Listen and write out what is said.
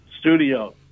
studio